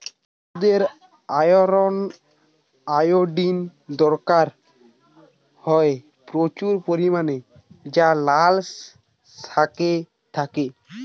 শিশুদের iron, iodine দরকার হয় প্রচুর পরিমাণে যা লাল শাকে থাকে